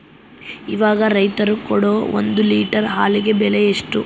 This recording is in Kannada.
ಇವಾಗ ರೈತರು ಕೊಡೊ ಒಂದು ಲೇಟರ್ ಹಾಲಿಗೆ ಬೆಲೆ ಎಷ್ಟು?